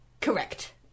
Correct